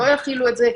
לא יחילו את זה.